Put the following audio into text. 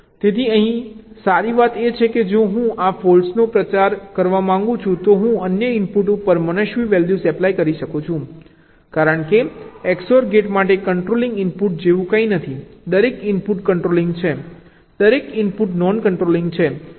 તેથી અહીં સારી વાત એ છે કે જો હું આ ફોલ્ટ્નો પ્રચાર કરવા માંગું છું તો હું અન્ય ઇનપુટ ઉપર મનસ્વી વેલ્યૂઝ એપ્લાય કરી શકું છું કારણ કે XOR ગેટ માટે કંટ્રોલિંગ ઇનપુટ જેવું કંઈ નથી દરેક ઇનપુટ કન્ટ્રોલિંગ છે દરેક ઇનપુટ નોન કંટ્રોલિંગ છે